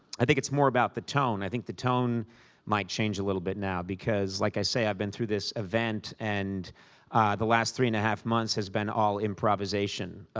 i think it's more about the tone. i think the tone might change a little bit now. because, like i say, i've been through this event. and the last three and a half months has been all improvisation.